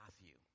Matthew